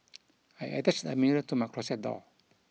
I attached a mirror to my closet door